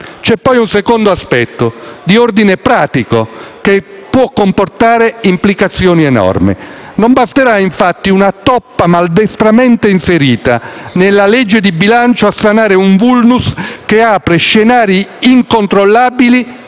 C'è poi un secondo aspetto di ordine pratico che può comportare implicazioni enormi. Non basterà infatti una toppa maldestramente inserita nella legge di bilancio a sanare un *vulnus* che apre scenari incontrollabili